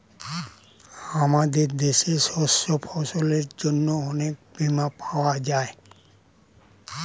আমাদের দেশে শস্য ফসলের জন্য অনেক বীমা পাওয়া যায়